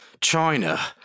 China